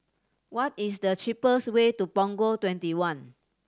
what is the cheapest way to Punggol Twenty one